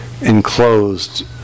enclosed